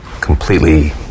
completely